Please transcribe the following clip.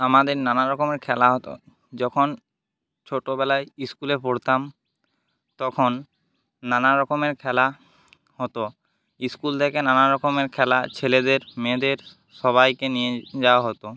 আমাদের নানা রকমের খেলা হতো যখন ছোটবেলায় স্কুলে পড়তাম তখন নানা রকমের খেলা হতো স্কুল থেকে নানা রকমের খেলা ছেলেদের মেয়েদের সবাইকে নিয়ে যাওয়া হতো